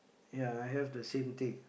ya I have the same thing